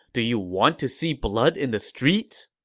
do you want to see blood in the streets?